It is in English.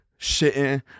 Shitting